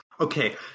Okay